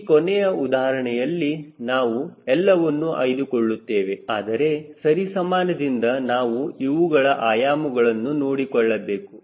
ಈ ಕೊನೆಯ ಉದಾಹರಣೆಯಲ್ಲಿ ನಾವು ಎಲ್ಲವನ್ನು ಆಯ್ದುಕೊಳ್ಳುತ್ತೇವೆ ಆದರೆ ಸಮಾಧಾನದಿಂದ ನಾವು ಇವುಗಳ ಆಯಾಮಗಳನ್ನು ನೋಡಿಕೊಳ್ಳಬೇಕು